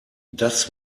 das